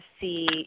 see